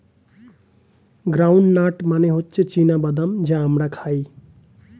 ground nut মানে হচ্ছে চীনা বাদাম যা আমরা খাই